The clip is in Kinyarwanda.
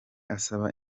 asaba